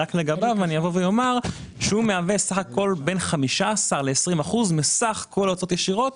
רק לגביו אני אומר שהוא מהווה בין 15% ל-20% מסך כל ההוצאות הישירות.